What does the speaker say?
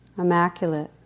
immaculate